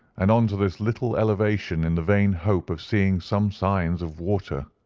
and on to this little elevation, in the vain hope of seeing some signs of water.